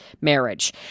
marriage